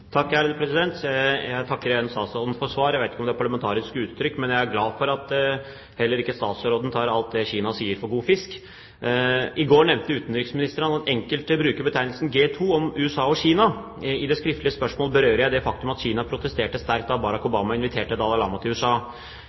Jeg takker igjen statsråden for svaret. Jeg vet ikke om det er et parlamentarisk uttrykk, men jeg er glad for at heller ikke statsråden tar alt det Kina sier, for god fisk. I går nevnte utenriksministeren at enkelte bruker betegnelsen G2 om USA og Kina. I spørsmålet berører jeg det faktum at Kina protesterte sterkt da Barack Obama inviterte Dalai Lama til USA.